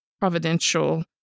providential